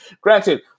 Granted